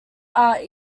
are